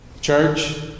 Church